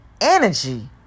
energy